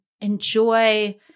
enjoy